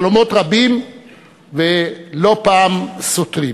חלומות רבים ולא פעם סותרים.